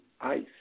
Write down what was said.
ice